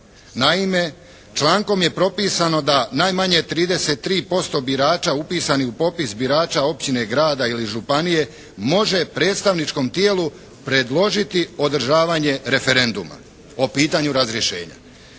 Naime, člankom je propisano da najmanje 33% birača upisanih u popis birača općine, grada ili županije može predstavničkom tijelu predložiti održavanje referenduma o pitanju razrješenja.